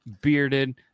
bearded